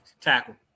Tackle